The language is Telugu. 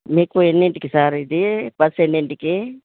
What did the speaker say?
మీకు ఎన్నింటికి సార్ ఇది బస్ ఎన్నింటికి